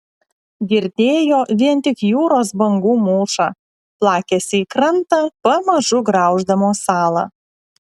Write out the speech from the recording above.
girdėjo vien tik jūros bangų mūšą plakėsi į krantą pamažu grauždamos salą